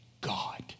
God